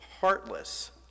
heartless